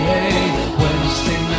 Wednesday